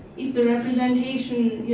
either the representation